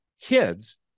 kids